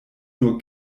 nur